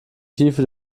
tiefe